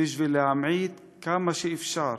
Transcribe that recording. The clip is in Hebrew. בשביל להמעיט כמה שאפשר